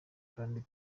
kandi